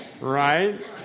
Right